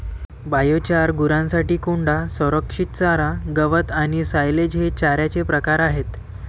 biochar, गुरांसाठी कोंडा, संरक्षित चारा, गवत आणि सायलेज हे चाऱ्याचे प्रकार आहेत